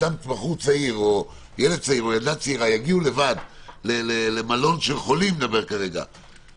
שצעיר או ילדה צעירה יגיעו לבד למלון של חולים לא בידוד,